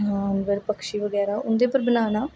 जानवर पक्षी बगैरा उंदे उप्पर बनाना